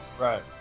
Right